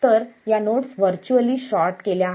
तर या nodes virtually short केल्या आहेत